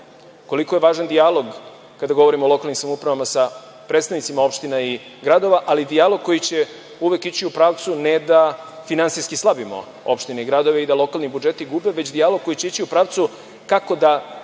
koliko je važan dijalog kada govorimo o lokalnim samoupravama sa predstavnicima opština i gradova, ali dijalog koji će uvek ići u pravcu ne da finansijski slabimo opštine i gradove i da lokalni budžeti gube, već dijalog koji će ići u pravcu kako da